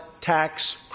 tax